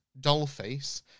Dollface